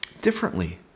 differently